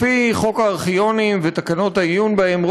לפי חוק הארכיונים ותקנות העיון בהם,